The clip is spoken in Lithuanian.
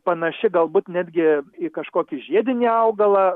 panaši galbūt netgi į kažkokį žiedinį augalą